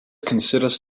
considers